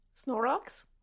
Snorlax